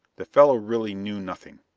the fellow really knew nothing.